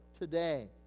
today